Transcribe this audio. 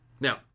Now